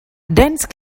dense